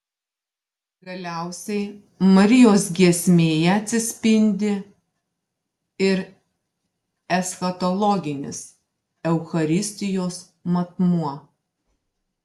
galiausiai marijos giesmėje atsispindi ir eschatologinis eucharistijos matmuo